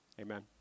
Amen